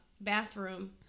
Bathroom